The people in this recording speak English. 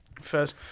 First